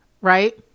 right